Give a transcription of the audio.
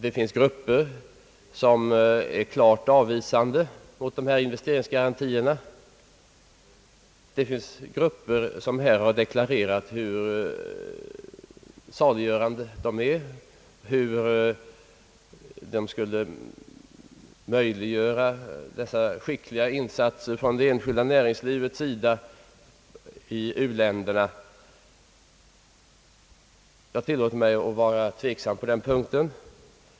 Det finns grupper som klart avvisar dessa investeringsgarantier, och det finns grupper som här har deklarerat hur saliggörande dessa garantier är och hur dessa garantier skulle möjliggöra skick liga insatser från det enskilda näringslivets sida i u-länderna. Jag tillåter mig att vara tveksam på den punkten.